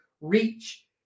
reach